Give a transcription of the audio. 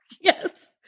Yes